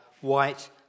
white